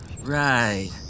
Right